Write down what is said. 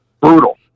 Brutal